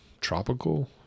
tropical